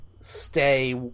stay